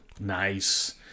Nice